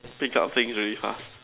pick up things very fast